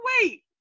wait